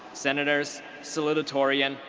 senators, salutatorian,